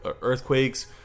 earthquakes